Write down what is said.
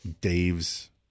Dave's